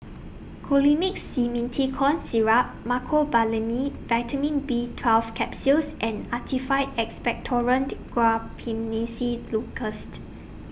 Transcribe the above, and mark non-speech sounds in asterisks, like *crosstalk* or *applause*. Colimix Simethicone Syrup Mecobalamin Vitamin B twelve Capsules and Actified Expectorant Guaiphenesin *unintelligible*